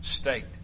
state